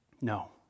No